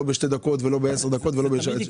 לא בשתי דקות ולא בעשר דקות ולא בשעות.